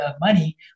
money